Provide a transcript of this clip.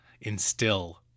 instill